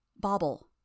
Bobble